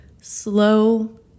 slow